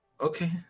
Okay